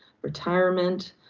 retirement,